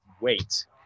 wait